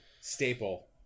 staple